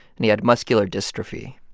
and he had muscular dystrophy.